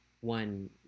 one